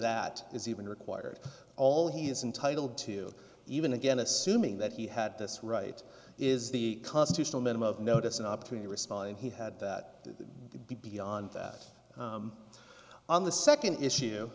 that is even required all he is intitled to even again assuming that he had this right is the constitutional minimum of notice an opportunity respond and he had that beyond that on the second